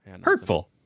Hurtful